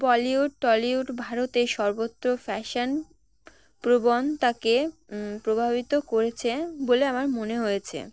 Bollywood Tollywood ভারতে সর্বত্র fashion প্রবণতাকে প্রভাবিত করেছে বলে আমার মনে হয়েছে